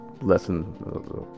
lesson